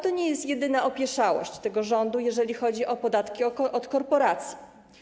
To nie jest jedyna opieszałość tego rządu, jeżeli chodzi o podatki od korporacji.